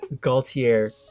Gaultier